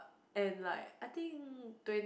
and like I think twen~